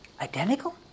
Identical